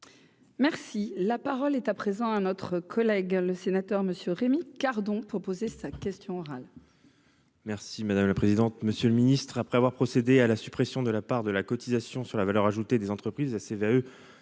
Merci, la parole est à présent à notre collègue le sénateur Monsieur Rémi Cardon proposé sa question orale.